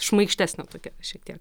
šmaikštesnio tokia šitiek